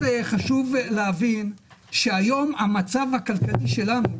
חשוב להבין שהיום המצב הכלכלי שלנו,